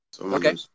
Okay